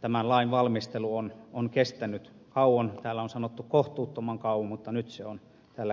tämän lain valmistelu on kestänyt kauan täällä on sanottu kohtuuttoman kauan mutta nyt se on täällä käsittelyssä